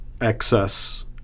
excess